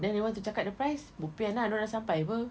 then they want to cakap the price bopian ah dorang dah sampai [pe]